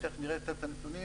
ותיכף תראה את הנתונים,